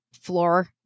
floor